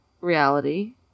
reality